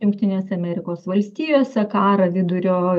jungtinėse amerikos valstijose karą vidurio